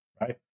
right